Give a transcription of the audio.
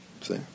See